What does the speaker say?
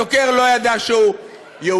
הדוקר לא ידע שהוא יהודי,